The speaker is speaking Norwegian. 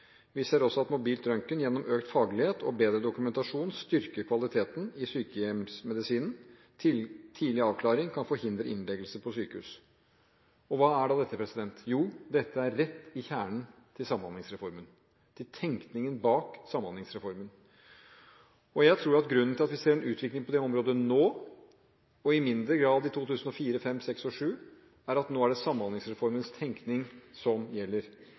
Vi ser også at mobil røntgen gjennom økt faglighet og bedre dokumentasjon styrker kvaliteten i sykehjemsmedisinen. Tidlig avklaring kan forhindre innleggelse på sykehus. Dette er rett til kjernen i Samhandlingsreformen og til tenkningen bak Samhandlingsreformen. Jeg tror at grunnen til at vi ser en utvikling på dette området nå, og i mindre grad i 2004, 2005, 2006 og 2007, er at nå er det Samhandlingsreformens tenkning som gjelder